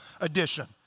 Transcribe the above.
edition